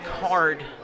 card